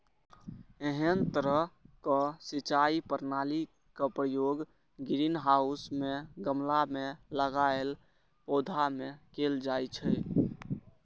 एहन तरहक सिंचाई प्रणालीक प्रयोग ग्रीनहाउस मे गमला मे लगाएल पौधा मे कैल जाइ छै